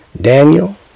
Daniel